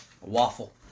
Waffle